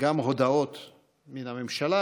גם הודעות מן הממשלה.